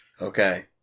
Okay